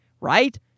right